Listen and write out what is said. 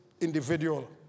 individual